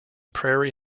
prairie